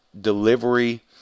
delivery